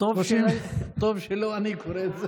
טוב שלא אני קורא את זה.